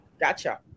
Gotcha